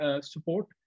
support